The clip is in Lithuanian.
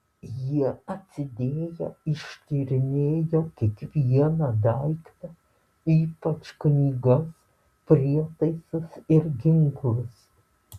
jie atsidėję ištyrinėjo kiekvieną daiktą ypač knygas prietaisus ir ginklus